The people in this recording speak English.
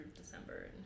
December